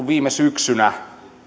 viime syksynä